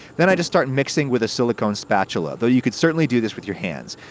then i just start mixing with a silicons spatula, though you could certainly do this with your hands.